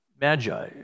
Magi